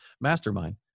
mastermind